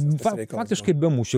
faktiškai be mūšio